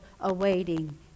awaiting